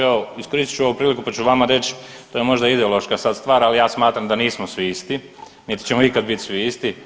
Evo, iskoristit ću ovu priliku pa ću vama reć to je možda ideološka sad stvar, ali ja smatram da nismo svi isti, niti ćemo ikada biti svi isti.